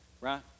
Right